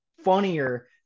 funnier